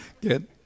good